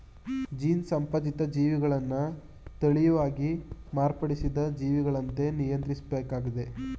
gene ಸಂಪಾದಿತ ಜೀವಿಗಳನ್ನ ತಳೀಯವಾಗಿ ಮಾರ್ಪಡಿಸಿದ ಜೀವಿಗಳಂತೆ ನಿಯಂತ್ರಿಸ್ಬೇಕಾಗಿದೆ